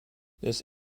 this